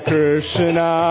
Krishna